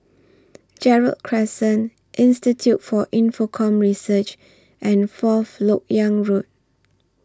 Gerald Crescent Institute For Infocomm Research and Fourth Lok Yang Road